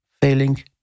failing